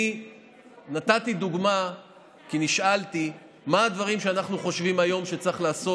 אני נתתי דוגמה כי נשאלתי מה הדברים שאנחנו חושבים שצריך לעשות